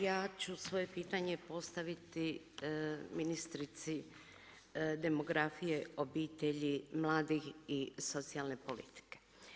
Ja ću svoje pitanje postaviti ministrici demografije, obitelji, mladih i socijalne politike.